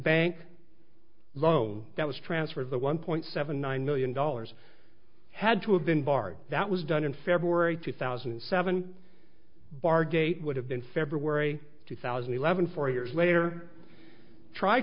bank loan that was transferred the one point seven nine million dollars had to have been barred that was done in february two thousand and seven bar date would have been february two thousand and eleven four years later try